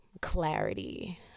clarity